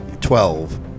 Twelve